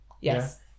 yes